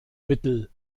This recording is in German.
mittel